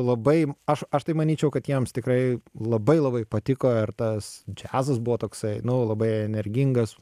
labai aš aš tai manyčiau kad jiems tikrai labai labai patiko ir tas džiazas buvo toksai nu labai energingas